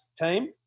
team